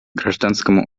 гражданскому